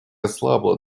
ослабла